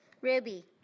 Ruby